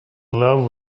love